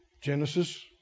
Genesis